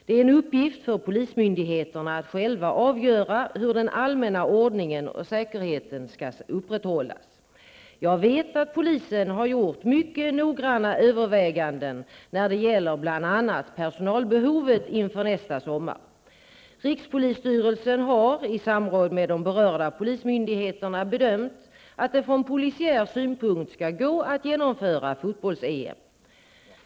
Det är en uppgift för polismyndigheterna att själva avgöra hur den allmänna ordningen och säkerheten skall upprätthållas. Jag vet att polisen har gjort mycket noggranna överväganden när det gäller bl.a. personalbehovet inför nästa sommar. Rikspolisstyrelsen har i samråd med de berörda polismyndigheterna bedömt att det från polisiär synpunkt skall gå att genomföra fotbolls-EM.